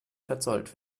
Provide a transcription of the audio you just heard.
verzollt